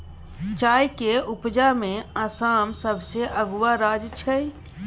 चाय के उपजा में आसाम सबसे अगुआ राज्य छइ